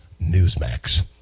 Newsmax